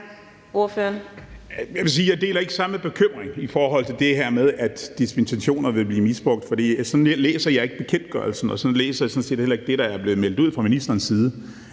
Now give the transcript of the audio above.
jeg ikke deler samme bekymring i forhold til det her med, at dispensationer vil blive misbrugt, for sådan læser jeg ikke bekendtgørelsen, og sådan læser jeg sådan set heller ikke det, der er blevet meldt ud fra ministerens side,